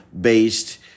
based